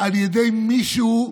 אם יש לי שיקול דעת,